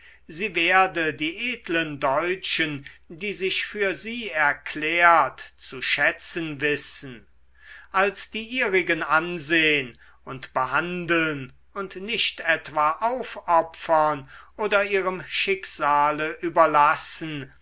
sie werde die edlen deutschen die sich für sie erklärt zu schätzen wissen als die ihrigen ansehn und behandeln und nicht etwa aufopfern oder ihrem schicksale überlassen